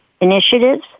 initiatives